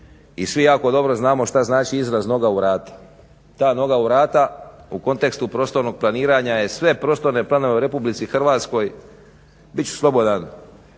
i svi jako dobro znamo što znači izraz noga u vrata. Ta noga u vrata u kontekstu prostornog planiranja je sve prostorne planove u RH bit ću slobodan